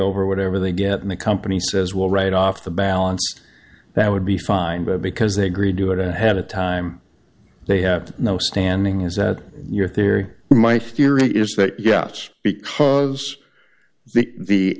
over whatever they get in the company says well right off the balance that would be fine but because they agreed to it ahead of time they have no standing is that your theory my theory is that yes because the